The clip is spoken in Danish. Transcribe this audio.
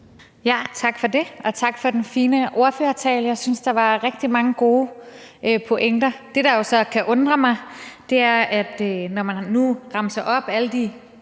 Tak for det, og tak for den fine ordførertale. Jeg synes, der var rigtig mange gode pointer. Det, der jo så kan undre mig, er, at man, når man nu opremser alle de